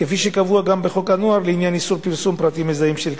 כפי שקבוע גם בחוק הנוער לעניין איסור פרסום פרטים מזהים של קטינים.